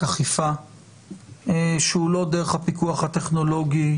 אכיפה שהוא לא דרך הפיקוח הטכנולוגי.